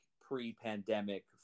pre-pandemic